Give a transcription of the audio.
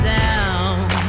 down